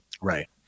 Right